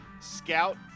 Scout